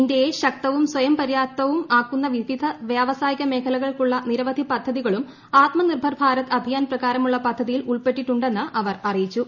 ഇന്ത്യയെ കൃശക്തവും സ്ഥയംപര്യാപ്ത വും ആക്കുന്ന വിവിധ പ്ര്യപ്സായിക മേഖലകൾക്ക് ഉള്ള നിരവധി പദ്ധതികളൂം ആത്മ നിർഭർ ഭാരത് അഭിയാൻ പ്രകാരമുള്ള പദ്ധതിയിൽ ഉൾപ്പെട്ടിട്ടുണ്ടെന്ന് അവർ അറിയിച്ചു